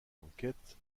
enquête